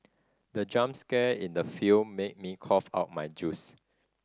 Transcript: the jump scare in the film made me cough out my juice